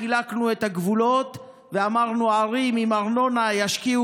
סימנו גבולות ואמרנו: ערים עם ארנונה ישקיעו